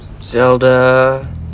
Zelda